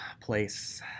place